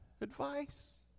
advice